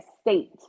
state